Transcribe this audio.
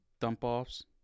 Dump-offs